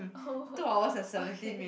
oh okay